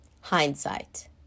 hindsight